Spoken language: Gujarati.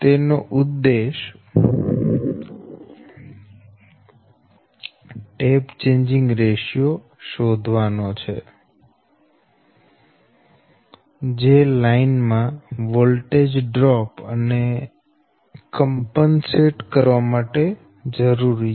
તેનો ઉદ્દેશ ટેપ ચેંજિંગ રેશિયો શોધવાનો છે જે લાઈન માં વોલ્ટેજ ડ્રોપ ને કમ્પનસેટ કરવા માટે જરૂરી છે